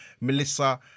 Melissa